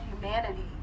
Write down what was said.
humanity